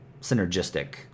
synergistic